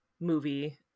movie